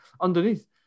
underneath